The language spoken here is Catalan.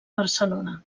barcelona